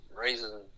raising